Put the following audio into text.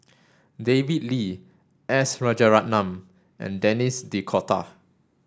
David Lee S Rajaratnam and Denis D'Cotta